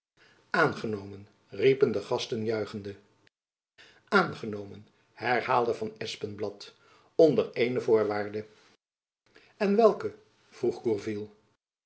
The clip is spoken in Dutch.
aangenomen riepen de gasten juichende aangenomen herhaalde van espenblad onder eene voorwaarde en welke vroeg